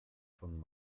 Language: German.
von